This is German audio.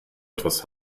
etwas